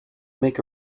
make